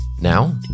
Now